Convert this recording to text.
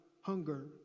hunger